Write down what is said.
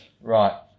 right